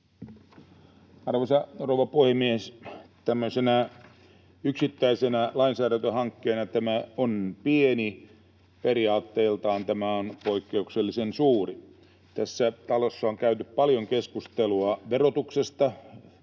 Arvoisa rouva puhemies! Tämmöisenä yksittäisenä lainsäädäntöhankkeena tämä on pieni, mutta periaatteeltaan tämä on poikkeuksellisen suuri. Tässä talossa on käyty paljon keskustelua verotuksesta,